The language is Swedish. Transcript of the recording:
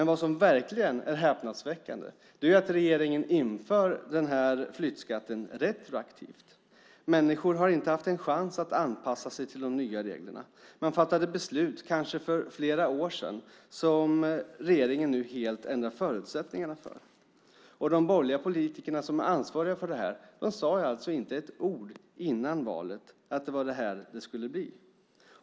Vad som verkligen är häpnadsväckande är att regeringen inför flyttskatten retroaktivt. Människor har inte haft en chans att anpassa sig till de nya reglerna. Man fattade beslut, kanske för flera år sedan, som regeringen nu helt ändrar förutsättningarna för. Och de borgerliga politiker som är ansvariga för det här sade alltså inte ett ord före valet om att det var så här det skulle bli.